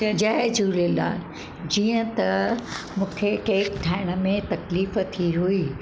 जय झूलेलाल जीअं त मूंखे केक ठाहिण में तकलीफ़ थी हुइ